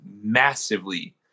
massively